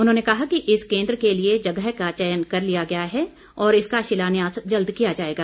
उन्होंने कहा कि इस केन्द्र के लिए जगह का चयन कर लिया गया है और इसका शिलान्यास जल्द किया जाएगा